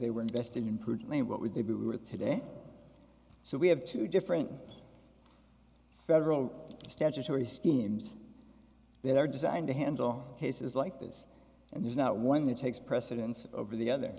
they were invested in prudently and what would they be worth today so we have two different federal statutory schemes that are designed to handle cases like this and there's not one that takes precedence over the other